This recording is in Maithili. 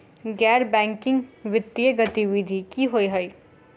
गैर बैंकिंग वित्तीय गतिविधि की होइ है?